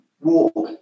walk